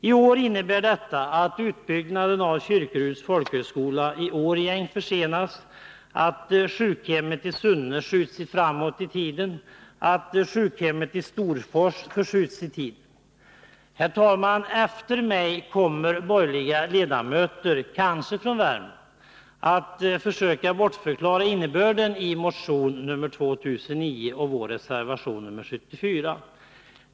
I år innebär detta att utbyggnaden av Kyrkeruds folkhögskola i Årjäng försenas, att sjukhemmet i Sunne skjuts framåt i tiden och att sjukhemmet i Storfors förskjuts i tiden. Herr talman! Efter mig kommer borgerliga ledamöter, kanske från Värmland, att försöka bortförklara innebörden i motion nr 2009 och vår reservation nr 74.